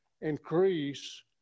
increase